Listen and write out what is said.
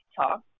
talk